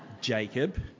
Jacob